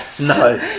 No